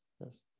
Yes